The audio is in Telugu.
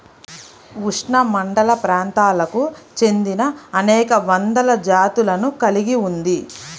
ఉష్ణమండలప్రాంతాలకు చెందినఅనేక వందల జాతులను కలిగి ఉంది